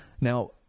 Now